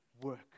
work